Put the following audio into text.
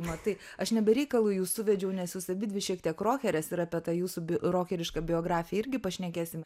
matai aš ne be reikalo jus suvedžiau nes jūs abidvi šiek tiek rokerės ir apie tą jūsų rokerišką biografiją irgi pašnekėsime